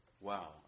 wow